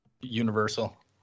Universal